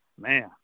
Man